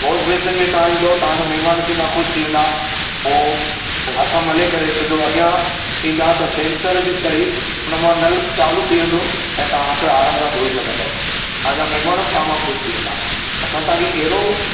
washbasin में तां ईंदव तां जा महिमान ईंदा ख़ुश थी वेंदा उहो हथु मले करे सिधो अॻियां ॾींदा त सेंसर जे करे उन मां नल चालू थी वेंदो तां हथु आराम सां धोई सघंदव तां जा महिमान बि तां मां ख़ुश थी वेंदा असां तांखे एहिड़ो